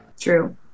True